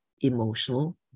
emotional